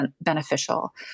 beneficial